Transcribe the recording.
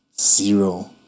zero